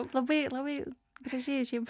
labai labai gražiai šiaip